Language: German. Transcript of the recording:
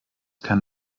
kann